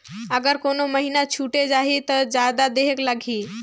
अगर कोनो महीना छुटे जाही तो जादा देहेक लगही?